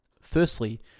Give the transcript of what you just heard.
Firstly